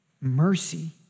Mercy